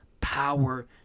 power